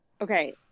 Okay